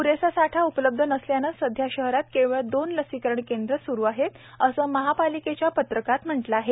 पुरेसा साठा उपलब्ध नसल्याने सध्या शहरात केवळ दोन लसीकरण केंद्र स्रु आहेत असे महापलिकेच्या पत्रकात म्हंटले आहे